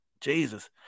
Jesus